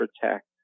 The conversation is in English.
protect